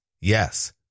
Yes